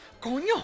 Coño